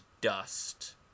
dust